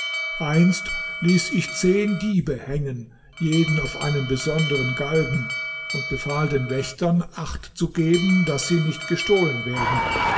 einst ließ ich zehn diebe hängen jeden auf einem besondern galgen und befahl den wächtern acht zu geben daß sie nicht gestohlen werden